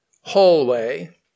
hallway